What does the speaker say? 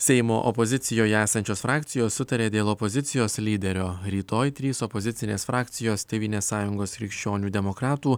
seimo opozicijoje esančios frakcijos sutarė dėl opozicijos lyderio rytoj trys opozicinės frakcijos tėvynės sąjungos krikščionių demokratų